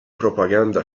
propaganda